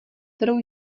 kterou